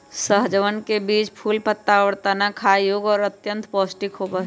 सहजनवन के बीज, फूल, पत्ता, और तना खाय योग्य और अत्यंत पौष्टिक होबा हई